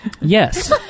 Yes